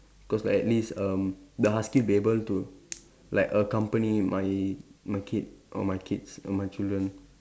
because like at least um the husky will be able to like accompany my my kid or my kids or my children